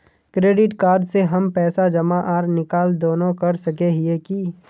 Credit card से हम पैसा जमा आर निकाल दोनों कर सके हिये की?